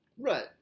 Right